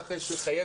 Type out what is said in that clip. כך יש לחייב,